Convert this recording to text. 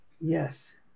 Yes